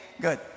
good